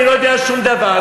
אני לא יודע שום דבר,